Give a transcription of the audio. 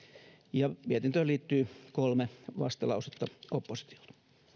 mietintöön liittyy kolme vastalausetta oppositiolta